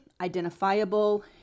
identifiable